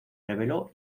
rebeló